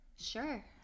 Sure